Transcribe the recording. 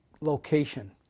location